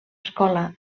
escola